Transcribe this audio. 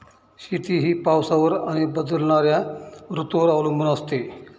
शेती ही पावसावर आणि बदलणाऱ्या ऋतूंवर अवलंबून असते